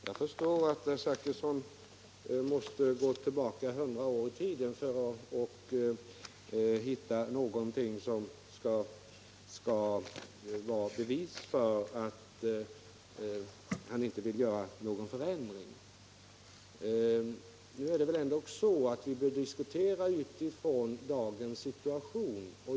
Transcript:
Herr talman! Jag förstår att herr Zachrisson måste gå tillbaka hundra år i tiden för att hitta någonting som kan vara motivering för att han inte vill göra en förändring. Nu är det väl ändock så att vi bör diskutera utifrån dagens situation.